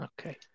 Okay